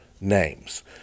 names